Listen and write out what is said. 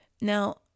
Now